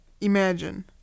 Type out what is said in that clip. imagine